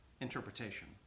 interpretation